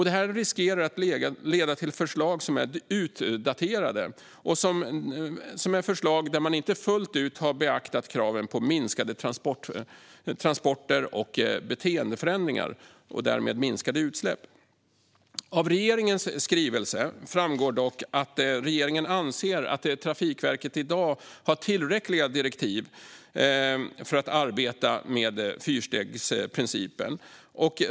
Detta riskerar att leda till förslag som är utdaterade och där man inte fullt ut har beaktat kraven på minskade transporter och beteendeförändringar och därmed minskade utsläpp. Av regeringens skrivelse framgår dock att regeringen anser att Trafikverket i dag har tillräckliga direktiv för att arbeta med fyrstegsprincipen.